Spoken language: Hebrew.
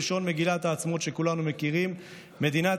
בלשון מגילת העצמאות שכולנו מכירים: "מדינת